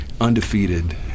undefeated